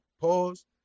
Pause